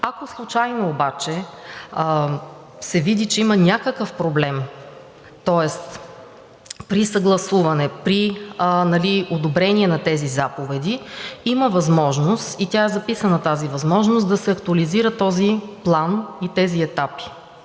Ако случайно обаче се види, че има някакъв проблем, тоест при съгласуване, при одобрение на тези заповеди има възможност и е записана тази възможност да се актуализира този план и тези етапи,